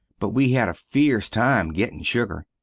but we had a feerce time gettin sugar.